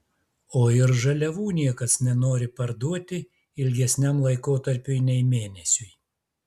o ir žaliavų niekas nenori parduoti ilgesniam laikotarpiui nei mėnesiui